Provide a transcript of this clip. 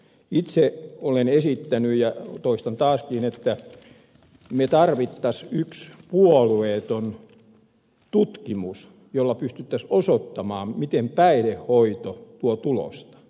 itse olen esittänyt ja toistan taaskin että me tarvitsisimme yhden puolueettoman tutkimuksen jolla pystyttäisiin osoittamaan miten päihdehoito tuo tulosta